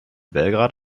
belgrad